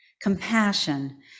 compassion